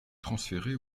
transféré